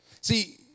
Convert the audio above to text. See